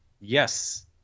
Yes